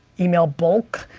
email bulk,